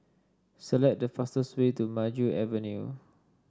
select the fastest way to Maju Avenue